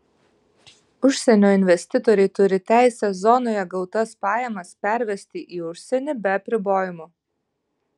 užsienio investitoriai turi teisę zonoje gautas pajamas pervesti į užsienį be apribojimų